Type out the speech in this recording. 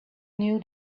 knew